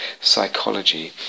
psychology